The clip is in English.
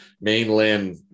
mainland